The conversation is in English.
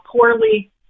poorly